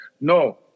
No